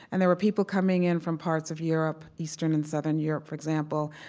and there were people coming in from parts of europe, eastern and southern europe, for example,